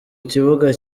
kibuga